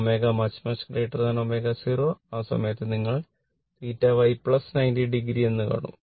ω ω0 ആ സമയത്ത് നിങ്ങൾ θ Y 90 o എന്ന് കാണും